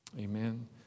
Amen